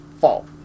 Fall